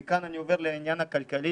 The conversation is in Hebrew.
מכאן אני עובר לעניין הכלכלי.